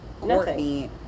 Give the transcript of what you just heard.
Courtney